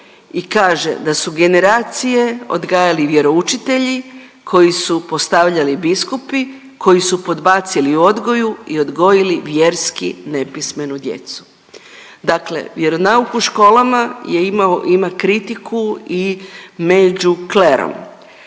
i kaže da su generacije odgajali vjeroučitelji koje su postavljali biskupi koji su podbacili u odgoju i odgojili vjerski nepismenu djecu. Dakle vjeronauk u školama je imao, ima kritiku i među klerom.